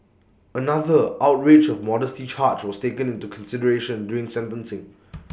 another outrage of modesty charge was taken into consideration during sentencing